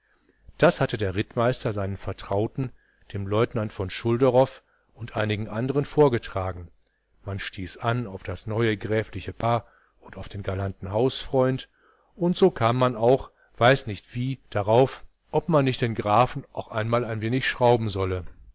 das hatte der rittmeister seinen vertrauten dem leutnant von schulderoff und einigen anderen vorgetragen man stieß an auf das neue gräfliche paar und auf den galanten hausfreund und so kam man auch weiß nicht wie darauf ob man nicht den grafen auch einmal ein wenig schrauben sollte